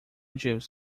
jeeves